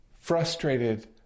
frustrated